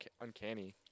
uncanny